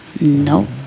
No